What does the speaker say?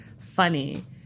funny